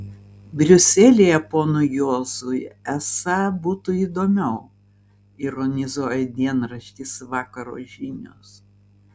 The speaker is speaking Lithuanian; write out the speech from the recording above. briuselyje ponui juozui esą būtų įdomiau ironizuoja dienraštis vakaro žinios